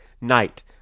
night